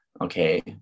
okay